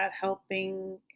helping